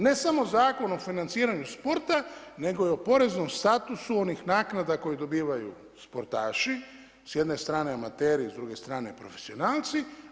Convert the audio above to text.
Ne samo Zakon o financiranju sporta, nego i o poreznom statusu onih naknada koje dobivaju sportaši s jedne strane amateri, s druge strane profesionalci.